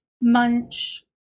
Munch